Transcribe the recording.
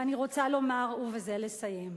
ואני רוצה לומר, ובזה לסיים,